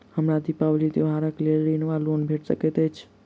हमरा दिपावली त्योहारक लेल ऋण वा लोन भेट सकैत अछि?